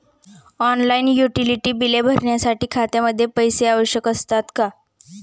Online utility बिले भरण्यासाठी खात्यामध्ये पैसे आवश्यक असतात का?